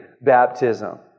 baptism